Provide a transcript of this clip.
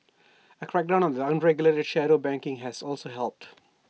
A crackdown on unregulated shadow banking has also helped